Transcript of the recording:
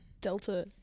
Delta